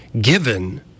given